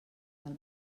del